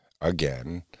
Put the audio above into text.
again